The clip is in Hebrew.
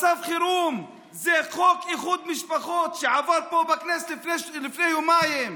מצב חירום זה חוק איחוד משפחות שעבר פה בכנסת לפני יומיים.